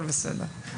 הדס,